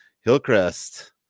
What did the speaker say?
Hillcrest